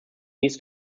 needs